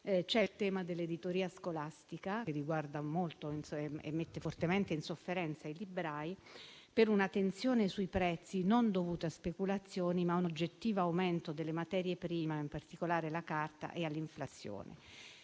sul tema dell'editoria scolastica, che mette fortemente in sofferenza i librai per una tensione sui prezzi non dovuta a speculazioni, ma a un oggettivo aumento del costo delle materie prime, in particolare della carta, e all'inflazione.